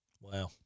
Wow